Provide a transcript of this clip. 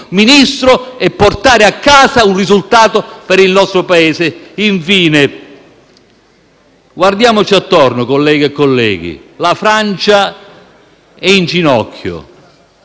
ministri e portare a casa un risultato per il nostro Paese. Infine, guardiamoci intorno, colleghe e colleghi. La Francia è in ginocchio,